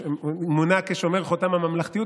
שמונה כשומר חותם הממלכתיות.